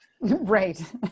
Right